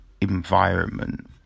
environment